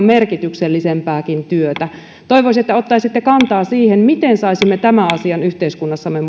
merkityksellisempääkin työtä toivoisin että ottaisitte kantaa siihen miten saisimme tämän asian yhteiskunnassamme